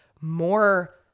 More